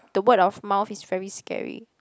the word of mouth is very scary